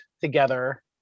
together